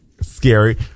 scary